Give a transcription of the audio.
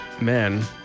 men